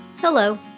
Hello